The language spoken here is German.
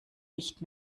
nicht